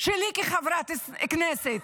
שלי כחברת כנסת.